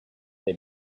they